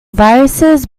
viruses